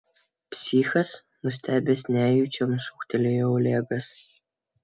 psichas nustebęs nejučiom šūktelėjo olegas